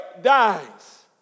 dies